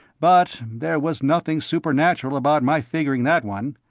but there was nothing supernatural about my figuring that one.